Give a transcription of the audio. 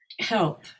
help